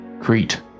Crete